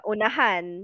Unahan